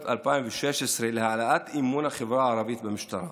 2016 להעלאת אמון החברה הערבית במשטרה.